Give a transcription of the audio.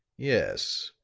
yes,